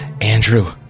Andrew